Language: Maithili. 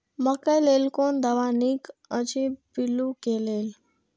मकैय लेल कोन दवा निक अछि पिल्लू क लेल?